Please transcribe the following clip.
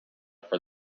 for